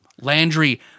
Landry